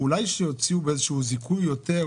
אולי שיוציאו באיזה שהוא זיכוי יותר,